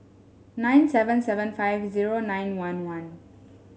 nine seven seven five zero nine one one